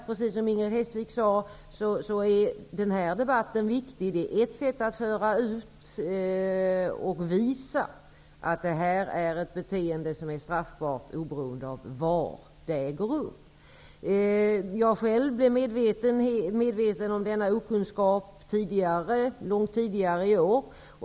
Precis som Inger Hestvik sade är också den här debatten viktig. Den är ett sätt att föra ut informationen och bevisa att det här är ett beteende som är straffbart oberoende av var det äger rum. Jag själv blev medveten om denna okunskap långt tidigare i år.